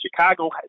Chicago